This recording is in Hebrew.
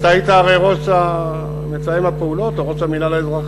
אתה הרי היית מתאם הפעולות, או ראש המינהל האזרחי?